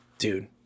Dude